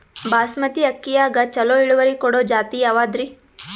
ಬಾಸಮತಿ ಅಕ್ಕಿಯಾಗ ಚಲೋ ಇಳುವರಿ ಕೊಡೊ ಜಾತಿ ಯಾವಾದ್ರಿ?